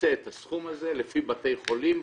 תקצה את הסכום הזה לפי בתי חולים,